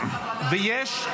מה הכוונה "לקחה על עצמה"?